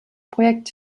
projekt